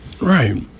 Right